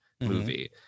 movie